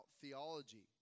theology